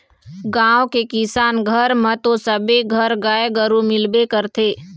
गाँव के किसान घर म तो सबे घर गाय गरु मिलबे करथे